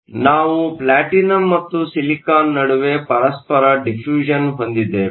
ಆದ್ದರಿಂದ ನಾವು ಪ್ಲಾಟಿನಂ ಮತ್ತು ಸಿಲಿಕಾನ್ ನಡುವೆ ಪರಸ್ಪರ ಡಿಫ್ಯೂಸನ್ ಹೊಂದಿದ್ದೇವೆ